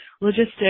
logistics